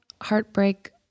heartbreak